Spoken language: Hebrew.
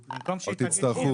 או תצטרכו,